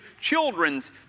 children's